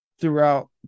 throughout